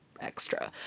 extra